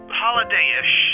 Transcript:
holiday-ish